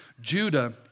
Judah